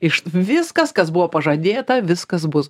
iš viskas kas buvo pažadėta viskas bus